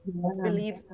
believe